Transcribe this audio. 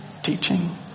teaching